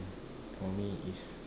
for me is